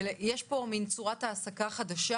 יש פה צורת העסקה חדשה